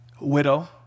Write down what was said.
widow